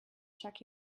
check